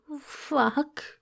fuck